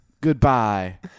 goodbye